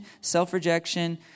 self-rejection